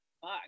fuck